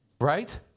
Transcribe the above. right